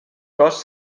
cos